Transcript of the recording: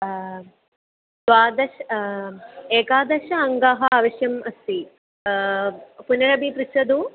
द्वादश एकादश अङ्काः अवश्यम् अस्ति पुनरपि पृच्छतु